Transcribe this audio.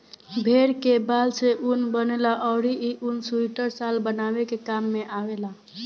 भेड़ के बाल से ऊन बनेला अउरी इ ऊन सुइटर, शाल बनावे के काम में आवेला